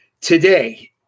Today